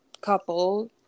couple